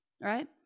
right